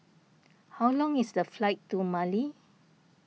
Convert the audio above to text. how long is the flight to Mali